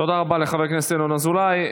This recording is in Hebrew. תודה רבה לחבר הכנסת ינון אזולאי.